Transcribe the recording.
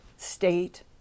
state